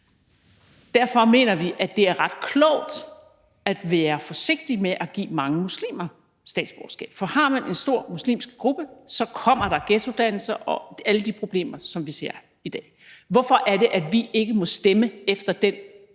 Derfor mener vi, at det er ret klogt at være forsigtig med at give mange muslimer statsborgerskab, for har man en stor muslimsk gruppe, kommer der ghettodannelser og alle de problemer, som vi ser i dag. Hvorfor er det, at vi ikke må stemme efter den